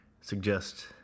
suggest